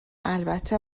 البته